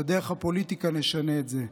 ודרך הפוליטיקה נשנה את זה.